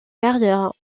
carrière